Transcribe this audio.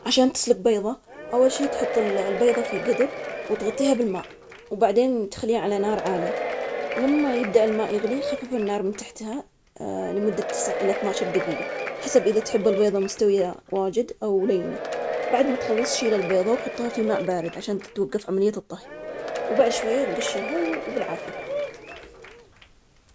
أوه سلق البيضة سهل جداً، ما عليك إلا تحط البيض بقدر وتغمره بالمية الباردة، وبعدها تشعل النار وتنتظر المي حتى تغلي. لما تغلي الموية, تخفف النار وتخله ينسلق حسب الرغبة، من أربع لست دقائق حتى تصبح نصف ناضجة، ومن تمن لعشر دقائق لتصبح كاملة النضوج. وبعدها نشيل البيض.